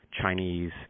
Chinese